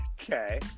Okay